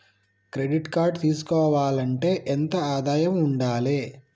Credit card తీసుకోవాలంటే ఎంత ఆదాయం ఉండాలే?